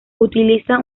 utiliza